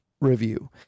review